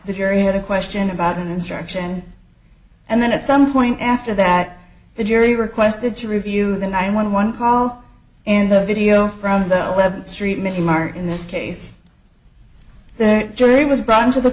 the jury had a question about an instruction and then at some point after that the jury requested to review the nine one one call in the video from the eleventh street mini mart in this case their jury was brought into the